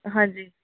ਹਾਂਜੀ